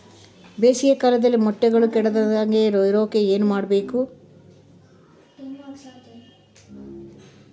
ಬೇಸಿಗೆ ಕಾಲದಲ್ಲಿ ಮೊಟ್ಟೆಗಳು ಕೆಡದಂಗೆ ಇರೋಕೆ ಏನು ಮಾಡಬೇಕು?